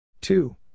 two